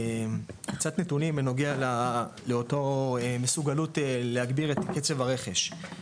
קצת נתונים בנוגע לאותה מסוגלות להגביר את קצב הרכש.